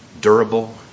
durable